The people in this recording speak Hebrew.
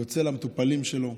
יוצא אל המטופלים שלו,